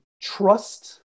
trust